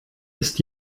ist